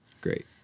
Great